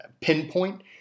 pinpoint